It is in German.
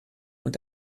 und